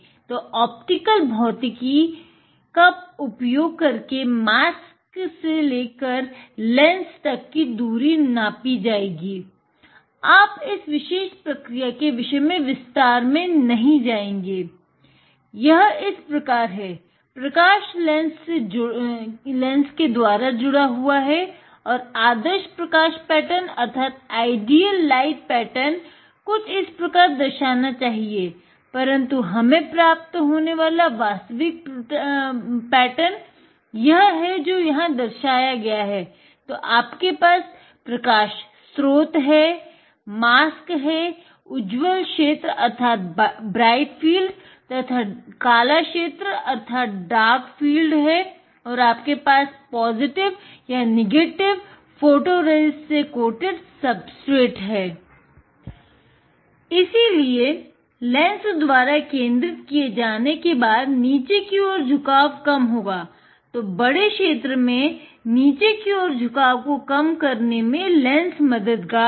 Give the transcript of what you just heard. तो आपका प्रतिबिंबित प्रकाश है इसीलिए लेंस मददगार है